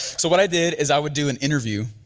so what i did is i would do an interview.